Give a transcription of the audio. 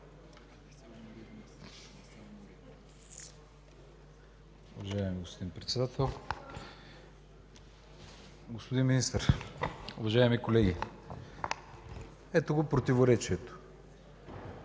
Уважаеми господин Председател, господин Министър, уважаеми колеги! Ето го противоречието